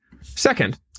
Second